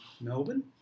melbourne